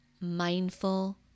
mindful